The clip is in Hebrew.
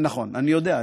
נכון, אני יודע.